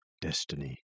destiny